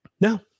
No